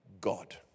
God